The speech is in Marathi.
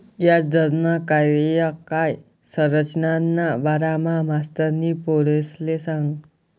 याजदरना कार्यकाय संरचनाना बारामा मास्तरनी पोरेसले सांगं